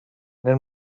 nel